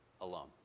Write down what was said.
alone